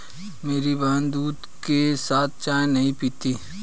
मेरी बहन दूध के साथ चाय नहीं पीती